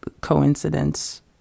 coincidence